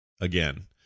again